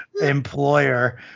employer